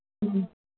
ꯎꯝ